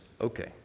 okay